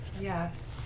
Yes